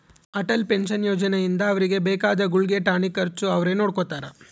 Atal pension ಯೋಜನೆ ಇಂದ ಅವ್ರಿಗೆ ಬೇಕಾದ ಗುಳ್ಗೆ ಟಾನಿಕ್ ಖರ್ಚು ಅವ್ರೆ ನೊಡ್ಕೊತಾರ